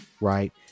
right